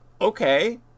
Okay